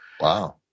Wow